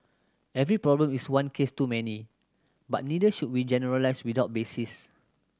every problem is one case too many but neither should we generalise without basis